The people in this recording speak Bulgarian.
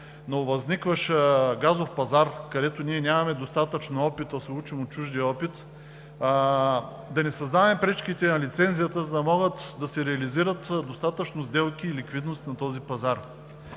нововъзникващия газов пазар, където ние нямаме достатъчно опит, а се учим от чуждия опит, да не създаваме пречките на лицензията, за да могат да се реализират достатъчно сделки и ликвидност на този пазар.